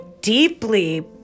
deeply